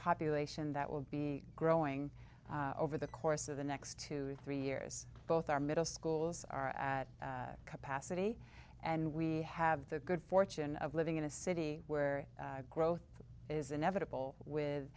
population that will be growing over the course of the next two or three years both our middle schools are at capacity and we have the good fortune of living in a city where growth is inevitable with